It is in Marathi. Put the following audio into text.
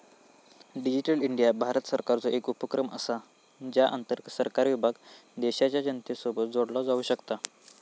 डिजीटल इंडिया भारत सरकारचो एक उपक्रम असा ज्या अंतर्गत सरकारी विभाग देशाच्या जनतेसोबत जोडला जाऊ शकता